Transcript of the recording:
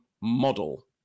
model